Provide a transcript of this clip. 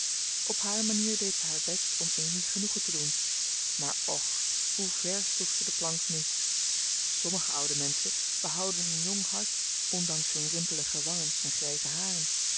op haar manier deed ze haar best om amy genoegen te doen maar och hoever sloeg ze de plank mis sommige oude menschen behouden een jong hart ondanks hun rimpelige wangen en grijze haren